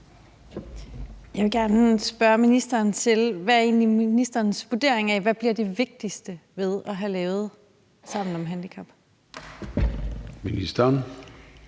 Jeg vil gerne spørge ministeren om noget: Hvad er egentlig ministerens vurdering af, hvad det vigtigste ved at have lavet Sammen om handicap bliver?